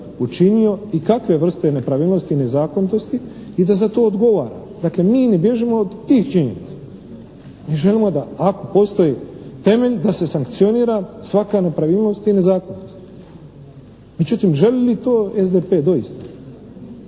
učinio i kakve vrste nepravilnosti i nezakonitosti i da za to odgovara. Dakle, mi ne bježimo od tih činjenica. Mi želimo da ako postoji temelj da se sankcionira svaka nepravilnost i nezakonitost. Međutim, želi li to SDP doista.